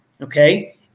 okay